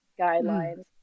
guidelines